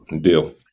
Deal